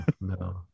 no